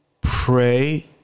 pray